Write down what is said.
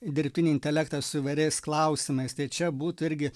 dirbtinį intelektą su įvairiais klausimais tai čia būtų irgi